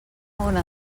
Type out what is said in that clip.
ona